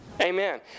Amen